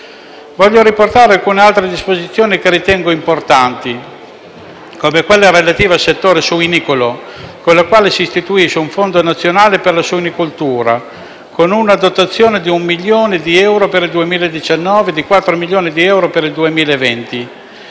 Voglio riportare altre disposizioni che ritengo importanti, come quelle relative al settore suinicolo, con le quali si istituisce un Fondo nazionale per la suinicoltura, con una dotazione di un milione di euro per il 2019 e di 4 milioni di euro per il 2020,